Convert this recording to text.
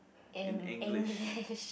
in English